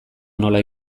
nola